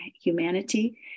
humanity